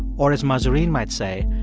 or, as mahzarin might say,